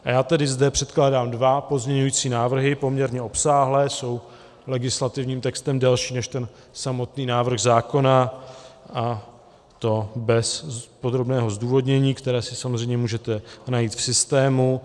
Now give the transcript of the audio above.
A já tedy zde předkládám dva pozměňovací návrhy poměrně obsáhlé, jsou legislativním textem delší než samotný návrh zákona, a to bez podrobného zdůvodnění, které si samozřejmě můžete najít v systému.